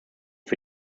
für